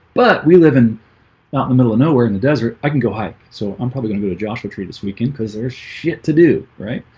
but we live in out ah in the middle of nowhere in the desert i can go hike so i'm probably gonna go to joshua tree this weekend because there shit to do right?